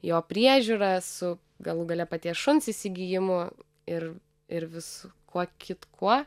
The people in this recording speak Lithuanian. jo priežiūra su galų gale paties šuns įsigijimu ir ir viskuo kitkuo